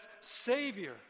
savior